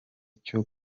cyo